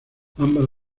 ambas